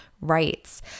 rights